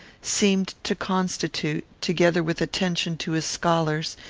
seemed to constitute, together with attention to his scholars,